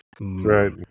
Right